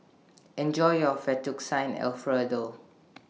Enjoy your Fettuccine Alfredo